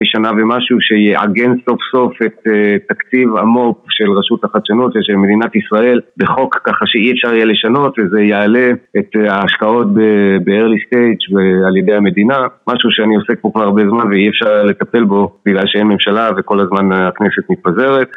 שנה ומשהו שיעגן סוף סוף את תקציב המו"פ של רשות החדשנות ושל מדינת ישראל בחוק, ככה שאי אפשר יהיה לשנות, וזה יעלה את ההשקעות ב-early stage ועל ידי המדינה, משהו שאני עוסק בו כבר הרבה זמן ואי אפשר היה לטפל בו בגלל שאין ממשלה וכל הזמן הכנסת מתפזרת.